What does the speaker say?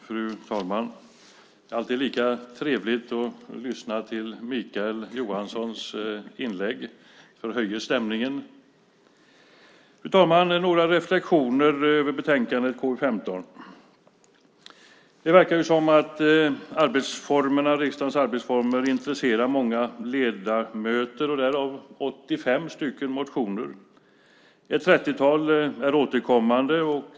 Fru talman! Det är alltid lika trevligt att lyssna till Mikael Johanssons inlägg. De förhöjer stämningen. Fru talman! Jag ska göra några reflexioner över betänkandet KU15. Det verkar som att riksdagens arbetsformer intresserar många ledamöter - därav 85 stycken motioner. Ett trettiotal är återkommande.